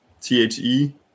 T-H-E